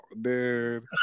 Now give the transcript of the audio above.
dude